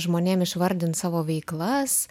žmonėms išvardinti savo veiklas